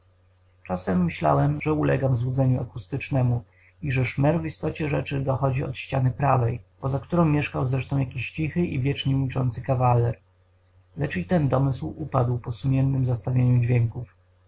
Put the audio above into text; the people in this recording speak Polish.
czasami myślałem że ulegam złudzeniu akustycznemu i że szmer w istocie rzeczy dochodzi od ściany prawej poza którą mieszkał zresztą jakiś cichy i wiecznie milczący kawaler lecz i ten domysł upadł po sumiennem zestawieniu dźwięków